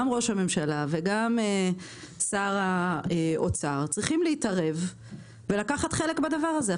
גם ראש הממשלה וגם שר האוצר צריכים להתערב ולקחת חלק בדבר הזה.